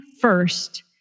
first